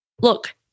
Look